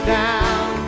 down